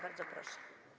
Bardzo proszę.